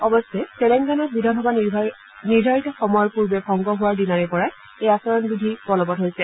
অৱশ্যে তেলেংগানাত বিধানসভা নিৰ্দাৰিত সময়ৰ পূৰ্বে ভংগ হোৱাৰ দিনাৰে পৰাই এই আচৰণ বিধি বলবৎ হৈছে